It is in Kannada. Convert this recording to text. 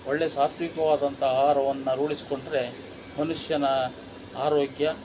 ಒಳ್ಳೆಯ ಸಾತ್ವಿಕವಾದಂಥ ಆಹಾರವನ್ನು ರೂಢಿಸಿಕೊಂಡ್ರೆ ಮನುಷ್ಯನ ಆರೋಗ್ಯ